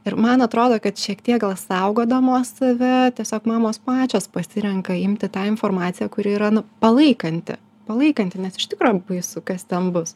ir man atrodo kad šiek tiek saugodamos save tiesiog mamos pačios pasirenka imti tą informaciją kuri yra nu palaikanti palaikanti nes iš tkro baisu kas ten bus